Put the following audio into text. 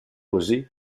così